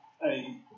Hey